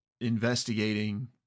investigating